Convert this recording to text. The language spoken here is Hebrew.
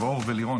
אור ולירון,